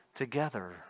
together